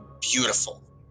beautiful